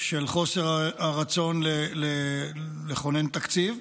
של חוסר הרצון לכונן תקציב,